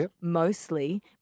mostly